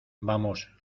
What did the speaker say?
vamos